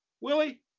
Willie